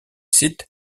cite